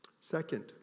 Second